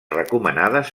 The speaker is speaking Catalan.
recomanades